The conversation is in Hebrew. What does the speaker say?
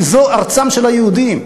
כי זו ארצם של היהודים,